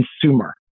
consumer